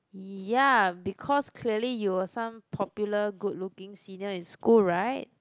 ya because clearly you were some popular good looking senior in school right